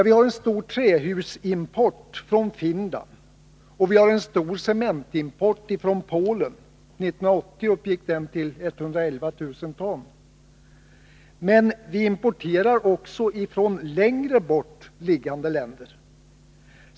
Vi har en stor trähusimport från Finland och en stor cementimport från Polen; 1980 uppgick den till 111 000 ton. Men vi importerar också från längre bort liggande länder.